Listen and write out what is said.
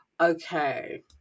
Okay